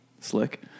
Slick